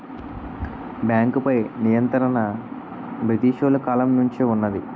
బేంకుపై నియంత్రణ బ్రిటీసోలు కాలం నుంచే వున్నది